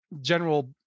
general